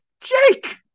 Jake